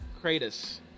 Kratos